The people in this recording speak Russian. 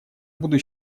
буду